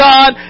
God